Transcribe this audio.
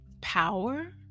Power